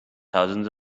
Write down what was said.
thousands